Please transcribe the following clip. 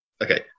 okay